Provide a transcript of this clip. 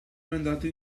mandato